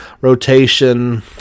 rotation